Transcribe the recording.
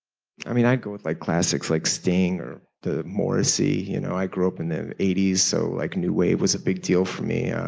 i mean i go with like classics like sting or the morrissey. you know i grew up in the eighty s, so like new wave was a big deal for me.